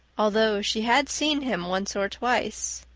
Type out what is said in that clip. although she had seen him once or twice.